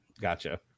Gotcha